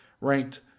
ranked